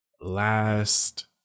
last